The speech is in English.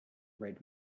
red